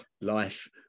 life